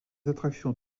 attractions